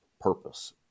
purpose